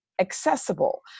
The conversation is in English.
accessible